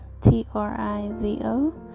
t-r-i-z-o